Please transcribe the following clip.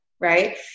right